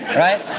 right?